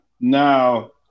Now